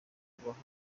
kubaha